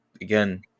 again